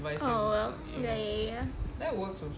oh well ya ya ya